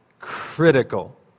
critical